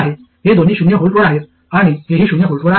हे दोन्ही शून्य व्होल्टवर आहेत आणि हेही शून्य व्होल्टवर आहे